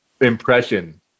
impression